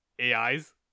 AIs